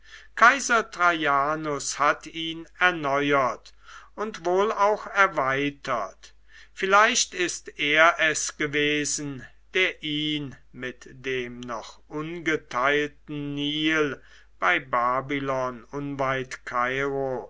kaiser traianus hat ihn erneuert und wohl auch erweitert vielleicht ist er es gewesen der ihn mit dem noch ungeteilten nil bei babylon